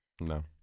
No